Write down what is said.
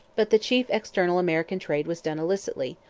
but the chief external american trade was done illicitly,